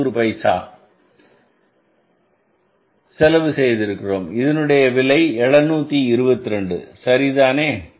90 பைசா செலவு செய்திருக்கிறோம் இதனுடைய விலை 722 சரிதானே